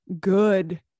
good